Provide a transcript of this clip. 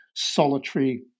solitary